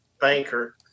banker